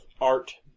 art